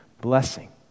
blessing